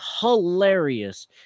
hilarious